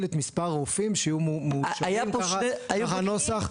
את מספר הרופאים שיהיו מאושרים ככה הנוסח.